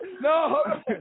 no